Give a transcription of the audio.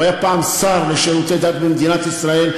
הוא היה פעם שר לשירותי דת במדינת ישראל.